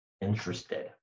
interested